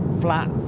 flat